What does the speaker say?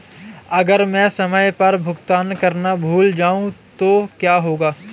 अगर मैं समय पर भुगतान करना भूल जाऊं तो क्या होगा?